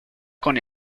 con